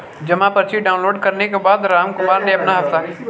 जमा पर्ची डाउनलोड करने के बाद रामकुमार ने अपना हस्ताक्षर किया